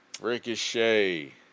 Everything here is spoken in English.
Ricochet